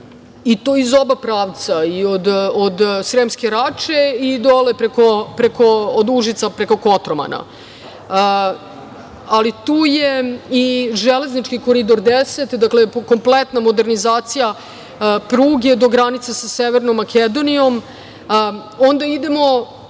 i to iz oba pravca i od Sremske Rače i dole, od Užica preko Kotromana, ali tu je i železnički Koridor 10, dakle, kompletna modernizacija pruge, do granice sa Severnom Makedonijom. Onda idemo,